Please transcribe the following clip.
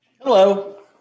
Hello